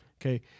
Okay